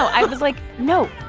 i was like, no.